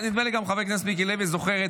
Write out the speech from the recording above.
נדמה לי שגם חבר הכנסת מיקי לוי זוכר את